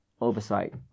oversight